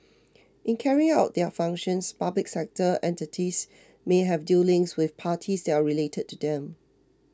in carrying out their functions public sector entities may have dealings with parties that are related to them